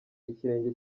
ikirenge